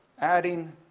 adding